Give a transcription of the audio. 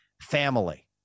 family